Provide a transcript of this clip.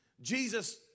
Jesus